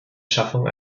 schaffung